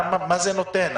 מה זה נותן?